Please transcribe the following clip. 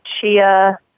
chia